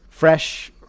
Fresh